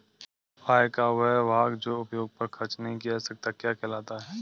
आय का वह भाग जो उपभोग पर खर्च नही किया जाता क्या कहलाता है?